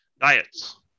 Diets